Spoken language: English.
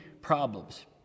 problems